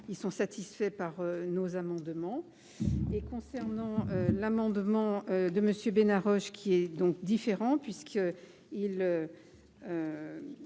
ils sont satisfaits par nos amendements et concernant l'amendement de Monsieur Bénard Roche qui est donc différent puisque il